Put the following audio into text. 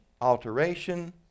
alteration